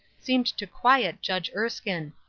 seemed to quiet judge erskine.